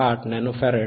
8 nano farad 15